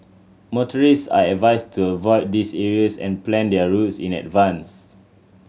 motorist are advised to avoid these areas and plan their routes in advance